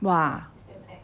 ya